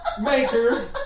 maker